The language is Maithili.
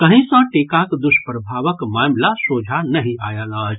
कहीं सँ टीकाक दुष्प्रभावक मामिला सोझा नहि आयल अछि